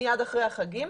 מיד אחרי החגים,